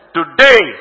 today